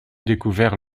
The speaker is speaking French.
découvert